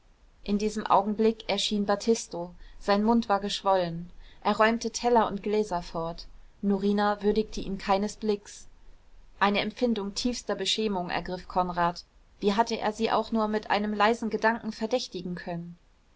in diesem augenblick erschien battisto sein mund war geschwollen er räumte teller und gläser fort norina würdigte ihn keines blicks eine empfindung tiefster beschämung ergriff konrad wie hatte er sie auch nur mit einem leisen gedanken verdächtigen können